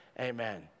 Amen